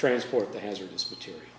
transport the hazardous material